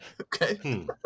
Okay